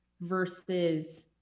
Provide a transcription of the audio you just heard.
versus